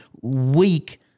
weak